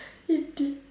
idiot